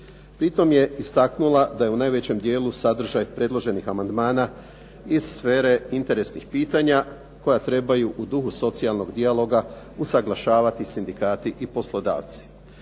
Pri tom je istaknula da je u najvećem dijelu sadržaj predloženih amandmana iz sfere interesnih pitanja koja trebaju u duhu socijalnog dijalog usuglašavati sindikati i poslodavci.